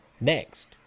next